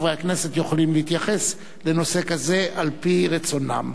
חברי הכנסת יכולים להתייחס לנושא כזה על-פי רצונם.